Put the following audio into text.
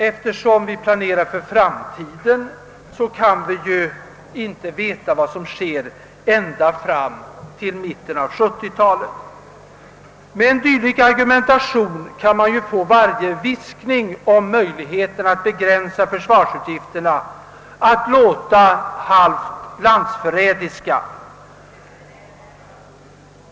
Eftersom vi planerar för framtiden kan vi för övrigt inte veta vad som sker ända fram till mitten av 1970-talet. Med en dylik argumentation kan man få varje viskning om möjligheterna att begränsa försvarsutgifterna att låta halvt landsförrädisk.